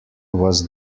was